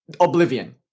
oblivion